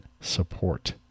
Support